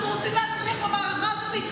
אנחנו רוצים להצליח במערכה הזאת.